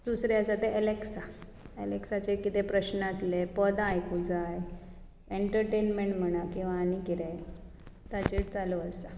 दुसरें आसा तें एलेक्सा एलेक्साचेर कितें प्रस्न आसले पदां आयकूं जाय एन्टर्टेन्मेंट म्हण किंवा आनी कितें ताचेर चालू आसा